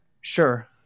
Sure